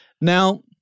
Now